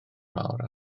mawr